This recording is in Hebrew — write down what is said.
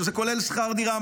שזה כולל שכר דירה,